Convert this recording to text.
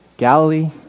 Galilee